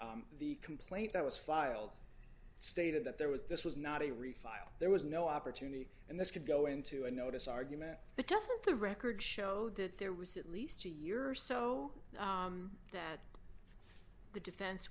the complaint that was filed stated that there was this was not a refile there was no opportunity and this could go into a notice argument but doesn't the records show that there was at least a year or so that the defense